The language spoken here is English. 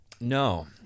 No